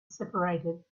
separated